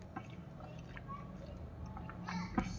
ರಾಸಾಯನಿಕ ಗೊಬ್ಬರ ತಗೊಳ್ಳಿಕ್ಕೆ ಸಾಲ ಕೊಡ್ತೇರಲ್ರೇ?